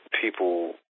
people